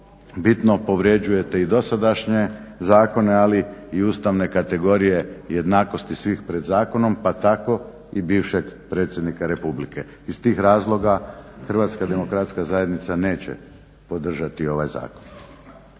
bitno povrjeđujete i dosadašnje zakone, ali i ustavne kategorije jednakosti svih pred zakonom pa tako i bivšeg predsjednika Republike. Iz tih razloga HDZ neće podržati ovaj zakon.